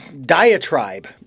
diatribe